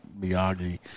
Miyagi